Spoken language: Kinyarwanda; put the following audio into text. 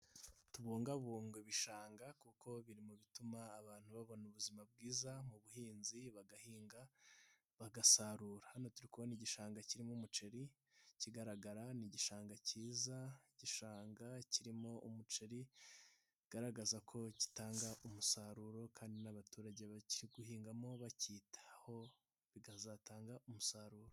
Tubungabunge ibishanga kuko biri mu bituma abantu babona ubuzima bwiza mu buhinzi bagahinga bagasarura, hano turi kubona igishanga kirimo umuceri kigaragara, ni igishanga kiza, igishanga kirimo umuceri bigaragaza ko gitanga umusaruro kandi n'abaturage bakiri guhingamo bakitaho bikazatanga umusaruro.